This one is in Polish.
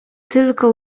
tylko